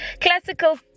classical